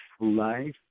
life